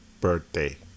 birthday